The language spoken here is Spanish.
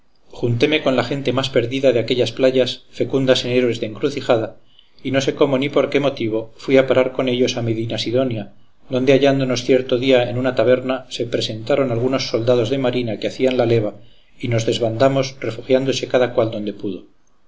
junteme con la gente más perdida de aquellas playas fecundas en héroes de encrucijada y no sé cómo ni por qué motivo fui a parar con ellos a medinasidonia donde hallándonos cierto día en una taberna se presentaron algunos soldados de marina que hacían la leva y nos desbandamos refugiándose cada cual donde pudo